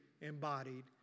embodied